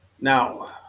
Now